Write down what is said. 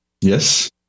Yes